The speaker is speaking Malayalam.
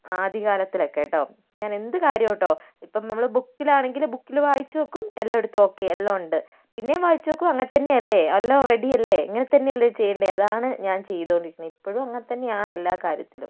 ആദ്യകാലത്തിലൊക്കെട്ടോ ഞാൻ എന്ത് കാര്യംട്ടോ ഇപ്പോൾ നമ്മൾ ബുക്കിൽ ആണെങ്കിൽ ബുക്കിൽ വായിച്ചു നോക്കും എല്ലാം എടുത്തോ ഓക്കെ എല്ലാമുണ്ട് പിന്നെ വായിച്ചു നോക്കൂ ഇങ്ങനെ തന്നെയല്ലേ എല്ലാം റെഡിയല്ലേ ഇങ്ങനെ തന്നെയല്ലേ ഇത് ചെയ്യേണ്ടേ അതാണ് ഞാൻ ചെയ്തു കൊണ്ട് ഇരുന്നത് ഇപ്പോഴും അങ്ങനെ തന്നെയാണ് എല്ലാ കാര്യത്തിലും